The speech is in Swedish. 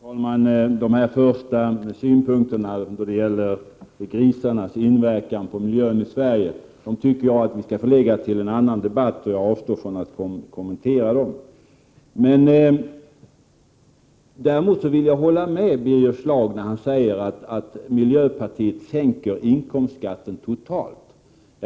Herr talman! Jag tycker att vi skall förlägga synpunkterna när det gäller grisarnas inverkan på miljön till en annan debatt. Därför avstår jag från att kommentera detta. Däremot håller jag med Birger Schlaug när han säger att miljöpartiets förslag innebär att inkomstskatten sänks totalt.